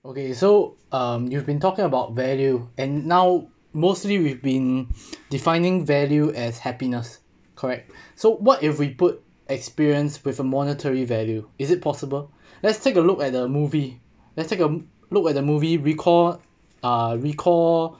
okay so um you've been talking about value and now mostly we've been defining value as happiness correct so what if we put experience with a monetary value is it possible let's take a look at the movie let's take a look at the movie recall uh recall